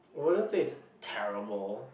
I wouldn't say it's terrible